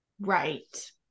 Right